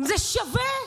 זה שווה?